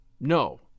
No